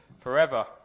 forever